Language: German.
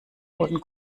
roten